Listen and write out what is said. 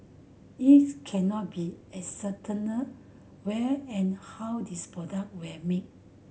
it cannot be ascertained where and how these product were made